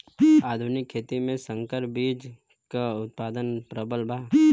आधुनिक खेती में संकर बीज क उतपादन प्रबल बा